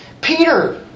Peter